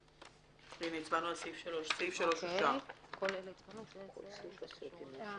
הצבעה בעד, 2 נגד, אין נמנעים, אין סעיף 3 נתקבל.